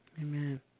amen